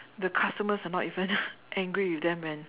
the customers are not even angry with them when